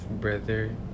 brother